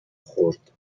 خورد